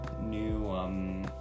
new